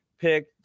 pick